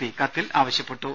P കത്തിൽ ആവശ്യപ്പെട്ടു